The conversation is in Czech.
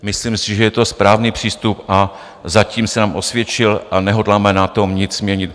Myslím si, že je to správný přístup, a zatím se nám osvědčil a nehodláme na tom nic měnit.